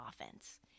offense